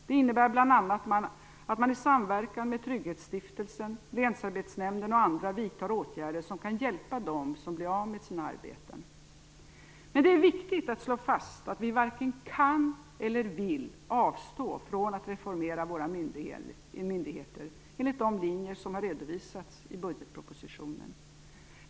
Det innebär bl.a. att man i samverkan med Trygghetsstiftelsen, länsarbetsnämnden och andra vidtar åtgärder som kan hjälpa dem som blir av med sina arbeten. Med det är viktigt att slå fast att vi varken kan eller vill avstå från att reformera våra myndigheter enligt de linjer som har redovisats i budgetpropositionen.